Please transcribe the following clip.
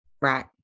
Right